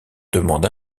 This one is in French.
demande